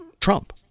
trump